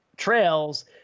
trails